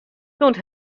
sûnt